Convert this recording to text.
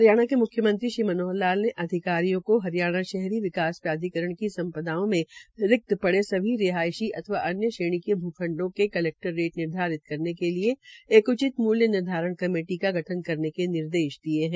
हरियाणा के मुख्यमंत्री श्री मनोहर लाल ने अधिकारियों को हरियाणा शहरी विकास प्राधिकरण की सम्पादाओं में रिक्त पड़े सभी रिहायशी अथवा अन्य श्रेणी के भूखंडों के कलेक्टर रेट निर्धारित के लिए एक उचित मूल्य निर्धारण कमेटी का गठन करने के निर्देश दिये है